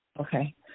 okay